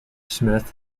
smith